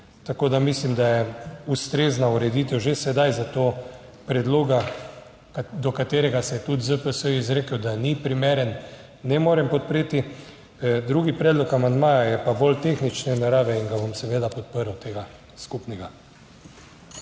Tako da mislim, da je ustrezna ureditev že sedaj, zato predloga, do katerega se je tudi ZPS izrekel, da ni primeren, ne morem podpreti. Drugi predlog amandmaja je pa bolj tehnične narave in ga bom seveda podprl, tega skupnega.